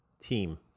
team